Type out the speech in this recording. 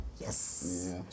Yes